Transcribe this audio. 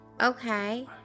Okay